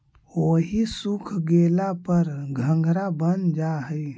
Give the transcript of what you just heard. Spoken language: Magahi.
ओहि सूख गेला पर घंघरा बन जा हई